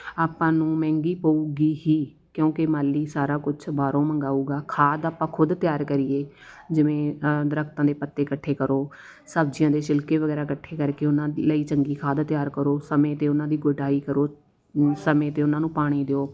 ਆਪਾਂ ਨੂੰ ਮਹਿੰਗੀ ਪਊਗੀ ਹੀ ਕਿਉਂਕਿ ਮਾਲੀ ਸਾਰਾ ਕੁਛ ਬਾਹਰੋਂ ਮੰਗਾਊਗਾ ਖਾਦ ਆਪਾਂ ਖੁਦ ਤਿਆਰ ਕਰੀਏ ਜਿਵੇਂ ਦਰਖਤਾਂ ਦੇ ਪੱਤੇ ਇਕੱਠੇ ਕਰੋ ਸਬਜ਼ੀਆਂ ਦੇ ਛਿਲਕੇ ਵਗੈਰਾ ਇਕੱਠੇ ਕਰਕੇ ਉਹਨਾਂ ਲਈ ਚੰਗੀ ਖਾਦ ਤਿਆਰ ਕਰੋ ਸਮੇਂ 'ਤੇ ਉਹਨਾਂ ਦੀ ਗੁਡਾਈ ਕਰੋ ਸਮੇਂ 'ਤੇ ਉਹਨਾਂ ਨੂੰ ਪਾਣੀ ਦਿਓ